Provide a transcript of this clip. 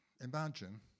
imagine